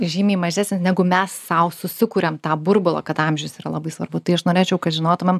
žymiai mažesnis negu mes sau susikuriam tą burbulą kad amžius yra labai svarbu tai aš norėčiau kad žinotumėm